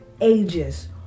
ages